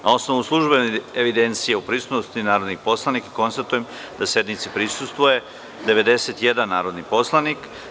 Na osnovu službene evidencije o prisutnosti narodnih poslanika, konstatujem da sednici prisustvuje 91 narodni poslanik.